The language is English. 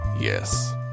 Yes